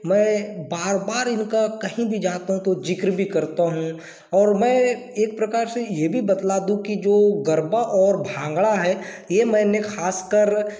मैं बार बार इनका कहीं भी जाता हूँ तो जिक्र भी करता हूँ और मैं एक प्रकार से ये भी बतला दूँ कि जो गरबा और भांगड़ा है ये मैंने खासकर